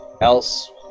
else